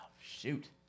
Shoot